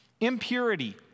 Impurity